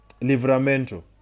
Livramento